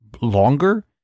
longer